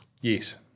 Yes